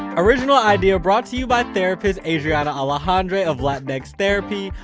original idea brought to you by therapist adriana alejandre of latinx therapy.